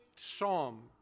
psalm